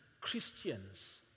Christians